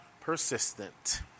persistent